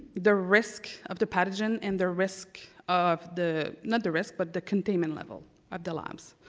the risk of the pathogen and the risk of the not the risk but the containment level of the labs.